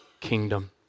kingdom